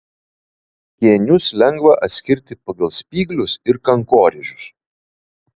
kėnius lengva atskirti pagal spyglius ir kankorėžius